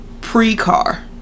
pre-car